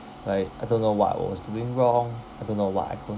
like I don't know what I was doing wrong I don't know what I c~